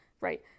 Right